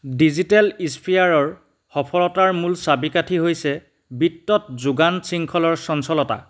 digital স্ফিয়াৰৰ সফলতাৰ মূল চাবিকাঠি হৈছে বিত্তত যোগান শৃংখলৰ চঞ্চলতা